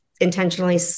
intentionally